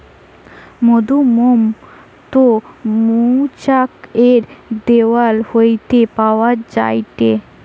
মধুমোম টো মৌচাক এর দেওয়াল হইতে পাওয়া যায়টে